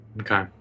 Okay